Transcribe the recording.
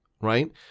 Right